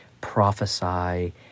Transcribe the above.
prophesy